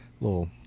little